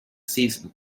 season